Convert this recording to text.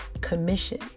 commission